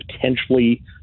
potentially